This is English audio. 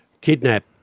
kidnap